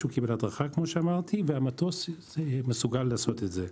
שהוא קיבל הדרכה והמטוס מסוגל לעשות את זה.